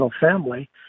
family